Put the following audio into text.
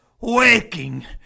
waking